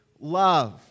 love